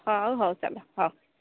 ହଉ ହଉ ଚାଲ ହଉ